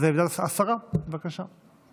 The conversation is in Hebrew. השרה, בבקשה.